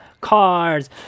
cars